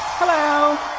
hello.